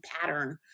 pattern